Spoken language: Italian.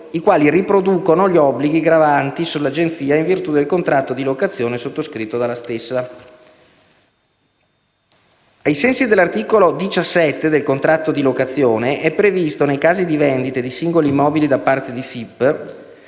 i quali riproducono gli obblighi gravanti sull'Agenzia in virtù del contratto di locazione sottoscritto dalla stessa. Ai sensi dell'articolo 17 del contratto di locazione, è previsto, nei casi di vendite di singoli immobili da parte di FIP,